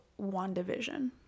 WandaVision